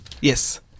Yes